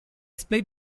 split